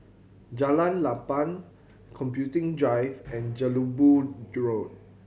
Jalan Lapang Computing Drive and Jelebu Road